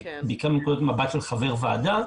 בעיקר מנקודת מבט של חבר ועדה,